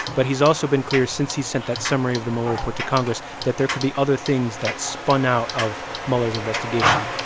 but he's also been clear, since he sent that summary of the mueller report to congress, that there could be other things that spun out of mueller's investigation.